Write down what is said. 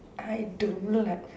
I don't like